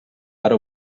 ara